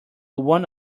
one